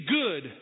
good